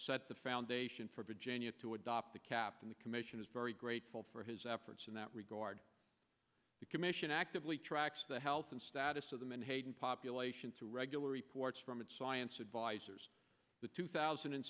set the foundation for virginia to adopt the captain the commission is very grateful for his efforts in that regard the commission actively tracks the health and status of the menhaden population through regular reports from its science advisers the two thousand and